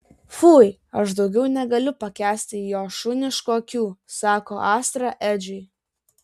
fui aš daugiau negaliu pakęsti jo šuniškų akių sako astra edžiui